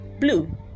blue